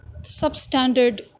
substandard